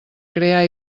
crear